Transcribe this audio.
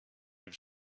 have